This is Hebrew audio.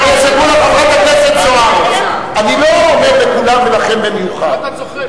חברת הכנסת זוארץ, אני לא אומר לכולם ולכם במיוחד.